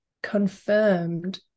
confirmed